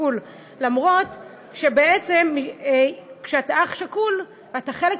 למרות העובדה שבעצם כשאתה אח שכול אתה חלק